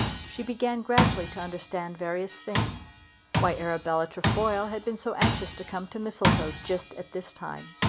she began gradually to understand various things why arabella trefoil had been so anxious to come to mistletoe just at this time,